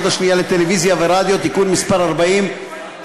השנייה לטלוויזיה ורדיו (תיקון מס' 40),